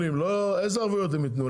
איזה ערבויות הם יתנו?